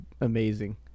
amazing